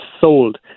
sold